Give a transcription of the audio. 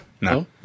No